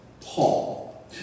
Paul